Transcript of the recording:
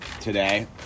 today